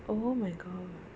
oh my god